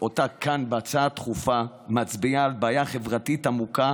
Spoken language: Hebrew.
אותה כאן בהצעה דחופה מצביעה על בעיה חברתית עמוקה